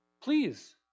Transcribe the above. please